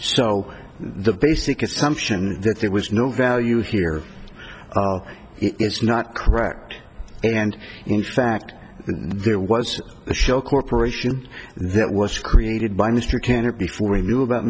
so the basic assumption that there was no value here it's not correct and in fact there was a shell corporation that was created by mr kennett before we knew about